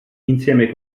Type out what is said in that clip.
insieme